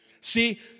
See